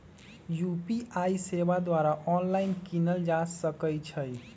UPI सेवा द्वारा online कीनल जा सकइ छइ